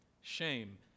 Shame